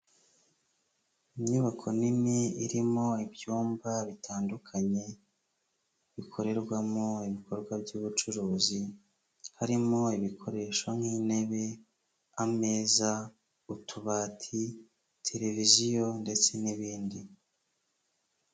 Inyubako nini irimo ibyumba bitandukanye, bikorerwamo ibikorwa by'ubucuruzi, harimo ibikoresho nk'intebe, ameza, utubati, televiziyo ndetse n'ibindi.